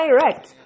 direct